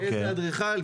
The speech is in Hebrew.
איזה אדריכל, אוקי.